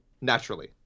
naturally